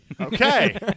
Okay